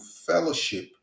fellowship